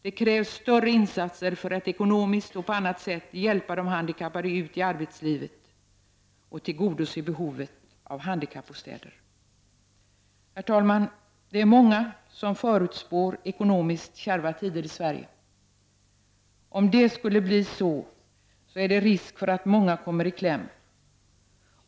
Det krävs större insatser för att ekonomiskt och på annat sätt hjälpa de handikappade ut i arbetslivet och tillgodose behovet av handikappbostäder. Herr talman! Det är många som förutspår ekonomiskt kärva tider i Sverige. Om det skulle bli så, är det risk för att många kommer i kläm.